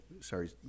sorry